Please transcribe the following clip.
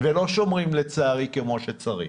ולא שומרים, לצערי, כמו שצריך.